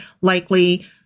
likely